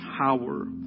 power